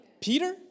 Peter